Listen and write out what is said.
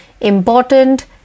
Important